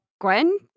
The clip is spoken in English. Gwen